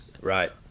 Right